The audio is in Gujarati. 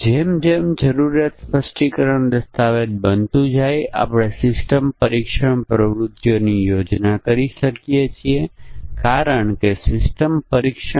જો આપણી પાસે તે ત્રણેય છે હા તો તે પ્રિંટર કમ્પ્યુટર કેબલ તપાસે છે તેથી તમારું પ્રિંટર સોફ્ટવેર ઇન્સ્ટોલ કરે છે અને શાહીને તપાસો અને બદલો